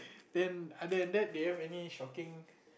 then other than that do you have any shocking